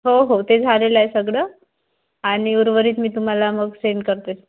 हो हो ते झालेलं आहे सगळं आणि उर्वरित मी तुम्हाला मग सेंड करते